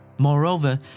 Moreover